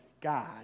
God